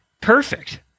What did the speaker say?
Perfect